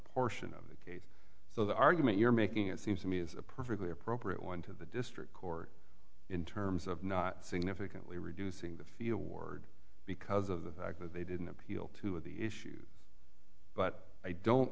portion of the case so the argument you're making it seems to me is a perfectly appropriate one to the district court in terms of not significantly reducing the feel word because of the fact that they didn't appeal to the issues but i don't